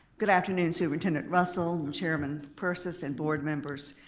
good afternoon, superintendent russell, chairman purses, and board members,